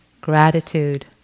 Gratitude